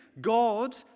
God